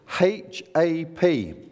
H-A-P